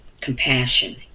compassion